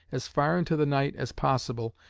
as far into the night as possible,